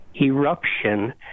eruption